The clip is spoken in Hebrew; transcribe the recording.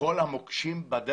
הכסף אצלי לא מעניין.